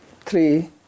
three